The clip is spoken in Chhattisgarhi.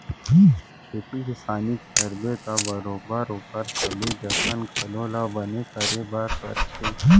खेती किसानी करबे त बरोबर ओकर सबे जतन घलौ ल बने करे बर परथे